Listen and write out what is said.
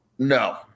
No